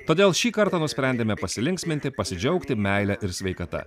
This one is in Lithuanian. todėl šį kartą nusprendėme pasilinksminti pasidžiaugti meile ir sveikata